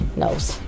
knows